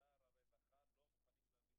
בשני מיליארד שקל היה אפשר לפתור את